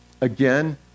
again